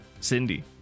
Cindy